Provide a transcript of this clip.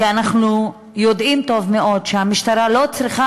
כי אנחנו יודעים טוב מאוד שהמשטרה לא צריכה